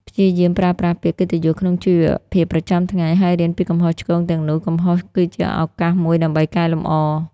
ព្យាយាមប្រើប្រាស់ពាក្យកិត្តិយសក្នុងជីវភាពប្រចាំថ្ងៃ ហើយរៀនពីកំហុសឆ្គងទាំងនោះ កំហុសគឺជាឱកាសមួយដើម្បីកែលម្អ។